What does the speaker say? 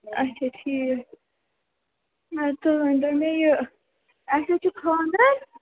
اَچھا ٹھیٖک تُہۍ ؤنۍ تَو مےٚ یہِ اَسہِ حظ چھُ خانٛدر